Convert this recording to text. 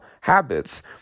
habits